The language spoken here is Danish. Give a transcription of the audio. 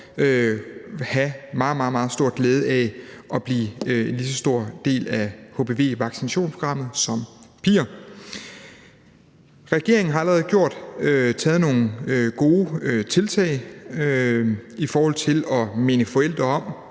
meget, meget stor glæde af at blive en lige så stor del af hpv-vaccinationsprogrammet som piger. Regeringen har allerede taget nogle gode tiltag i forhold til at minde forældre om,